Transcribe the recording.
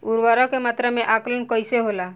उर्वरक के मात्रा में आकलन कईसे होला?